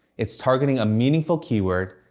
it's targeting a meaningful keyword,